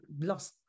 lost